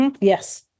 Yes